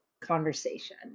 conversation